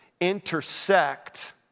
intersect